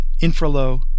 Infralow